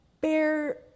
bear